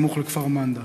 סמוך לכפר-מנדא.